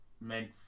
meant